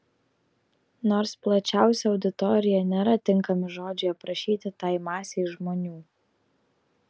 nors plačiausia auditorija nėra tinkami žodžiai aprašyti tai masei žmonių